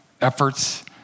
efforts